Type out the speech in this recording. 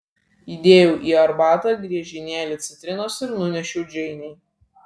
įdėjau į arbatą griežinėlį citrinos ir nunešiau džeinei